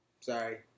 Sorry